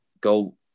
go